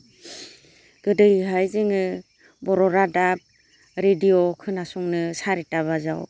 गोदोहाय जोङो बर' रादाब रेडिय' खोनासंनो सारिथा बाजायाव